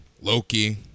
Loki